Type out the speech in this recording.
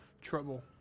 trouble